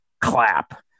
clap